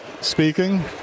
speaking